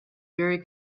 very